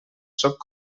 sóc